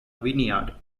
vineyard